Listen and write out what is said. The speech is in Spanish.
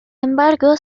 embargo